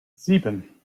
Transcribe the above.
sieben